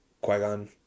qui-gon